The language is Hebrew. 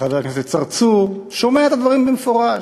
לחבר הכנסת צרצור, שומע את הדברים במפורש,